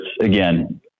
again